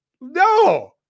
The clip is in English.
No